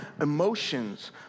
emotions